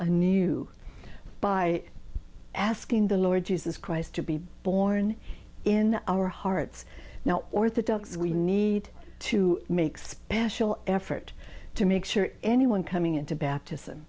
anew by asking the lord jesus christ to be born in our hearts now orthodox we need to make special effort to make sure any one coming into baptism